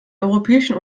europäischen